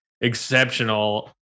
exceptional